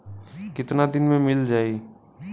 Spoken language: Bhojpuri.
कितना दिन में मील जाई?